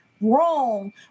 wrong